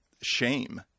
shame